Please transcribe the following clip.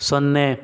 ಸೊನ್ನೆ